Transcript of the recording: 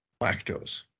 lactose